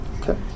Okay